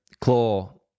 Claw